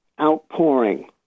outpouring